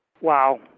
Wow